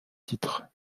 titres